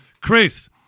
Chris